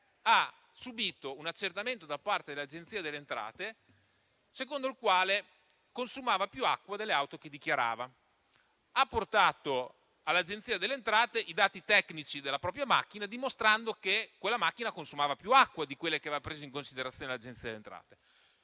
ha subito un accertamento da parte dell'Agenzia delle entrate, secondo la quale consumava più acqua delle automobili che dichiarava. Ha portato all'Agenzia delle entrate i dati tecnici del proprio macchinario, dimostrando che consumava più acqua di quelle che aveva preso in considerazione l'Agenzia delle entrate,